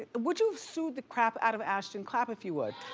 ah would you have sued the crap out of ashton? clap if you would.